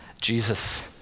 Jesus